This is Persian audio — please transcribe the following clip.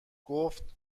گفت